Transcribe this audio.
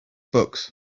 books